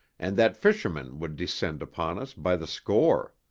and that fishermen would descend upon us by the score.